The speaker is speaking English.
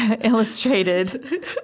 illustrated